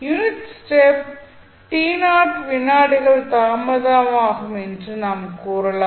unit step வினாடிகள் தாமதமாகும் என்று நாம் கூறலாம்